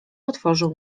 otworzył